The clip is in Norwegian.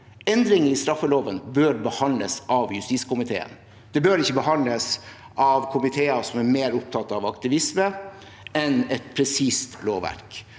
endringer i straffeloven bør behandles av justiskomiteen. Det bør ikke behandles av komiteer som er mer opptatt av aktivisme enn av et presist lovverk.